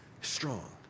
strong